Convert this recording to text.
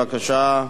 בבקשה.